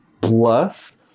plus